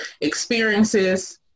experiences